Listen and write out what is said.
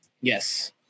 Yes